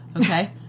Okay